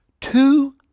two